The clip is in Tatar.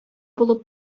булып